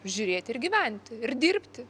žiūrėti ir gyventi ir dirbti